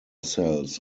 cells